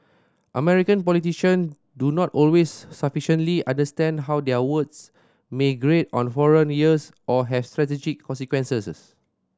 American politician do not always sufficiently understand how their words may grate on foreign ears or have strategic consequences